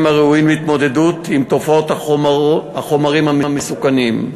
הראויים להתמודדות עם תופעת החומרים המסוכנים.